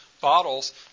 bottles